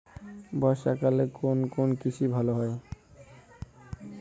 বর্ষা কালে কোন কোন কৃষি ভালো হয়?